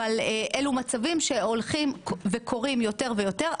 אבל אלו מצבים שקורים יותר ויותר.